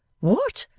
what,